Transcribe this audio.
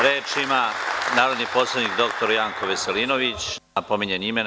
Reč ima narodni poslanik dr Janko Veselinović, na pominjanje imena.